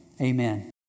Amen